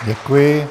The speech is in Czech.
Děkuji.